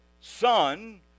Son